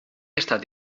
estat